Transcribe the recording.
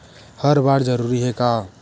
हर बार जरूरी हे का?